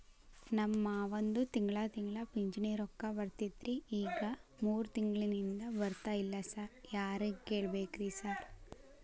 ನಮ್ ಮಾವಂದು ತಿಂಗಳಾ ತಿಂಗಳಾ ಪಿಂಚಿಣಿ ರೊಕ್ಕ ಬರ್ತಿತ್ರಿ ಈಗ ಮೂರ್ ತಿಂಗ್ಳನಿಂದ ಬರ್ತಾ ಇಲ್ಲ ಸಾರ್ ಯಾರಿಗ್ ಕೇಳ್ಬೇಕ್ರಿ ಸಾರ್?